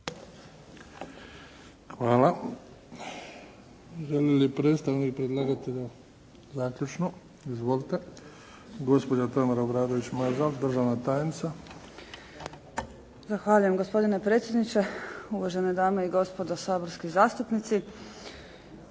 Hvala. Želi li predstavnik predlagatelja zaključno? Izvolite. Gospođa Tamara Obradović Mazal, državna tajnica. **Obradović Mazal, Tamara** Zahvaljujem, gospodine predsjedniče. Uvažene dame i gospodo saborski zastupnici.